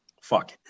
Fuck